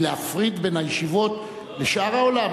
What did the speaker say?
היא להפריד בין הישיבות לבין שאר העולם?